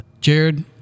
Jared